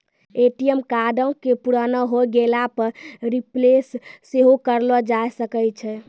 ATM कार्डो के पुराना होय गेला पे रिप्लेस सेहो करैलो जाय सकै छै